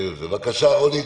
בבקשה, רוני,